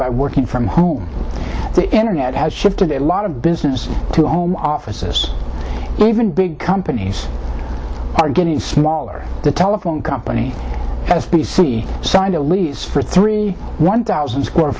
by working from home the internet has shifted a lot of business to home offices even big companies are getting smaller the telephone company has signed a lease for three one thousand square